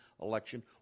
election